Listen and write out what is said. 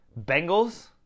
Bengals